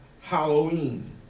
Halloween